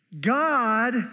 God